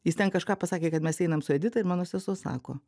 jis ten kažką pasakė kad mes einam su edita ir mano sesuo sako